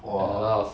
and a lot of